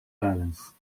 balance